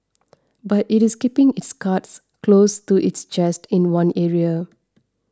but it is keeping its cards close to its chest in one area